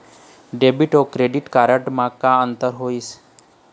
Debit अऊ credit card म का अंतर होइस?